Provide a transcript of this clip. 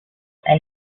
and